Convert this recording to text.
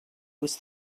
was